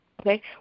Okay